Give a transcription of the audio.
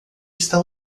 está